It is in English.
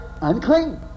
unclean